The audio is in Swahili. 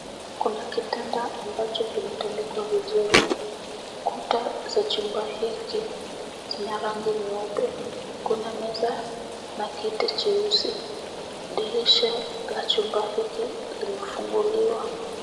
Kuna kitanda ambacho kimetandikwa vizuri. Kuta za chumba hichi zina rangi nyeupe. Kuna meza na kiti cheusi ,dirisha la chumba hiki limefunguliwa.